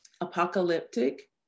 apocalyptic